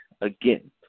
again